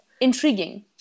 intriguing